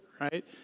right